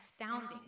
astounding